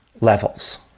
levels